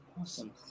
Awesome